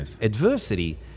adversity